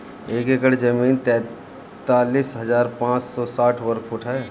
एक एकड़ जमीन तैंतालीस हजार पांच सौ साठ वर्ग फुट ह